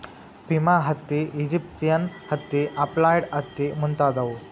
Pima ಹತ್ತಿ, Egyptian ಹತ್ತಿ, upland ಹತ್ತಿ ಮುಂತಾದವು